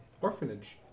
orphanage